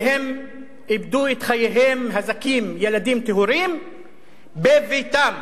והם איבדו את חייהם הזכים, ילדים טהורים, בביתם.